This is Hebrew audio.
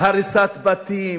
הריסת בתים,